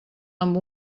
amb